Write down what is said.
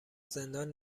زندان